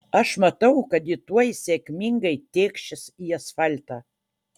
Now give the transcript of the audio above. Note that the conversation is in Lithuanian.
aš matau kad ji tuoj sėkmingai tėkšis į asfaltą